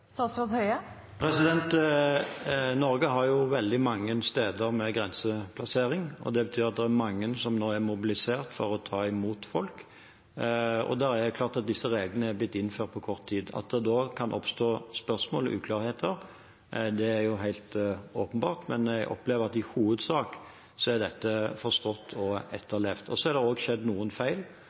Norge har veldig mange steder med grensepassering, og det betyr at det er mange som nå er mobilisert for å ta imot folk. Det er klart at når disse reglene er blitt innført på kort tid, kan det oppstå spørsmål og uklarheter. Det er helt åpenbart. Men jeg opplever at dette i hovedsak er forstått og etterlevd. Så har det også skjedd noen feil,